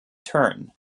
turn